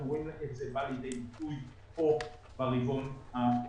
רואים את זה בא לידי ביטוי כאן ברבעון השלישי.